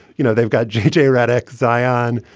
you know, they've got jj redick, zion,